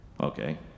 Okay